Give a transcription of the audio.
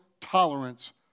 tolerance